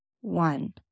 one